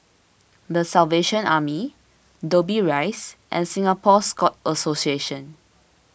the Salvation Army Dobbie Rise and Singapore Scout Association